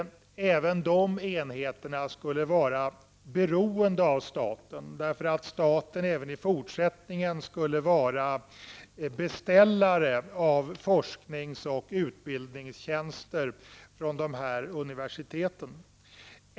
Även de enheterna skulle självfallet vara beroende av staten. Staten skall även i fortsättningen vara beställare av forsknings och utbildningstjänster från universiteten.